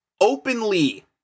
openly